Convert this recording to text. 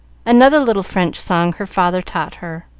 another little french song her father taught her